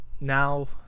now